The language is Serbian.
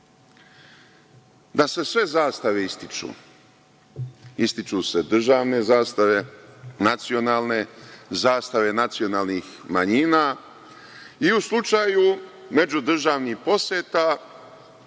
da se sve zastave ističu. Ističu se državne zastave, nacionalne, zastave nacionalnih manjina i u slučaju međudržavnih poseta